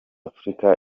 afurika